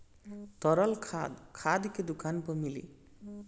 तरल खाद खाद के दुकान पर मिली